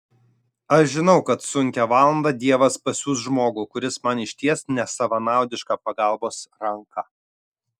aš žinau kad sunkią valandą dievas pasiųs žmogų kuris man išties nesavanaudišką pagalbos ranką